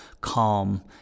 calm